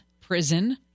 prison